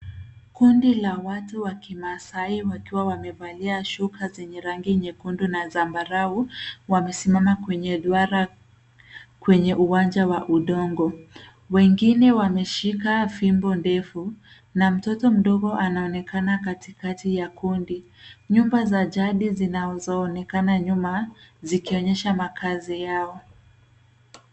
Kundi la watu wakimasaai wakiwa wamevalia shuka zenye rangi nyekundu na zambarau wamesimama kwenye duara kwenye uwanja wa udongo. Wengine wameshika fimbo ndefu, na mtoto mdogo anaonekana katikati ya kundi. Nyumba za jadi zinazoonekana nyuma zikionyesha makazi yao.